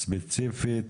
ספציפית,